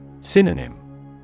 Synonym